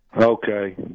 Okay